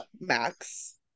Max